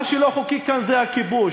מה שלא חוקי כאן זה הכיבוש.